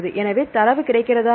எனவே தரவு கிடைக்கிறதா இல்லையா